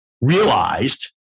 realized